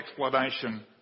explanation